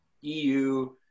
EU